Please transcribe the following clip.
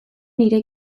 nire